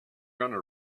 gonna